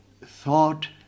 thought